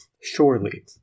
surely